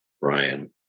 Brian